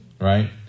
right